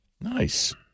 nice